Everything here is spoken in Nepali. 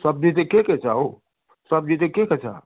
सब्जी चाहिँ के के छ हौ सब्जी चाहिँ के के छ